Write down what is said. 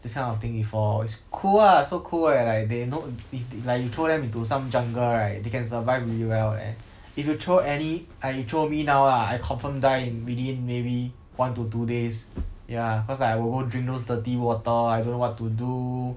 this kind of thing before it's cool ah so cool eh like they know if like if you throw them into some jungle right they can survive really well leh if you throw any I you throw me now ah I confirm die in within maybe one to two days ya cause I won't drink those dirty water I don't know what to do